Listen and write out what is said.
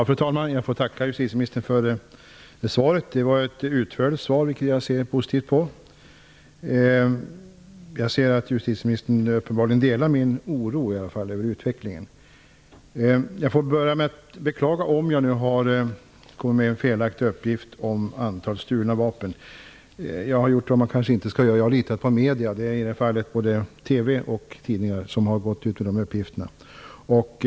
Fru talman! Jag får tacka justitieministern för svaret. Det var ett utförligt svar, vilket jag ser positivt på. Jag ser att justitieministern delar min oro över utvecklingen. Jag får beklaga om jag har kommit med en felaktig uppgift om antal stulna vapen. Jag har litat, vilket jag kanske inte skulle ha gjort, på medierna. Både TV och tidningar har gått ut med uppgifter.